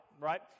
Right